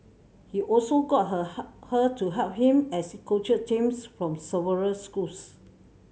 he also got her her her to help him as he coached teams from several schools